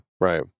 right